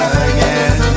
again